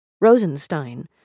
Rosenstein